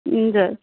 हजुर